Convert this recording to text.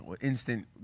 instant